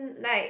like